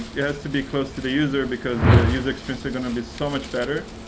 it has to be close to the user because the user experience are going to be so much better.